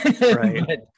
right